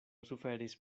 suferis